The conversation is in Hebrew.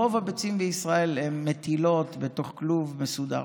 רוב הביצים בישראל מוטלות בכלוב מסודר.